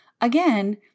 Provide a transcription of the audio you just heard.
Again